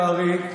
קרעי,